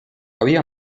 había